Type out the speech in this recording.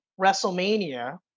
WrestleMania